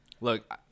Look